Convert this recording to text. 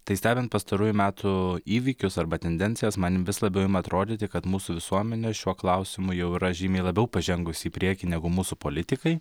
tai stebint pastarųjų metų įvykius arba tendencijas man vis labiau ima atrodyti kad mūsų visuomenė šiuo klausimu jau yra žymiai labiau pažengusi į priekį negu mūsų politikai